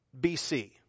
bc